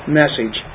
message